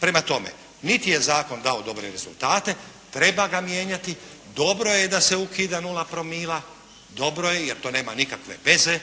Prema tome, niti je zakon dao dobre rezultate. Treba ga mijenjati. Dobro je da se ukida nula promila, dobro je jer to nema nikakve veze